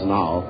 now